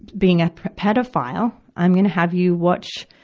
being a pedophile, i'm gonna have you watch,